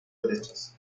derechos